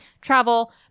travel